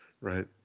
Right